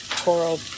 Coral